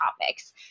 topics